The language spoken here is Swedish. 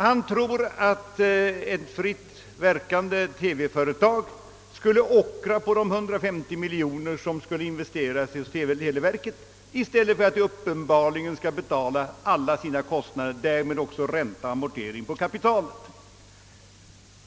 Han tror vidare att ett fritt verkande TV-företag skulle åka snålskjuts på de 150 miljoner kronor som skall investeras i televerket, när det i stället uppenbarligen förhåller sig så att detta företag skulle betala alla sina kostnader och därmed också ränta och amortering av kapitalet.